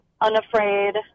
unafraid